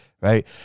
right